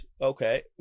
Okay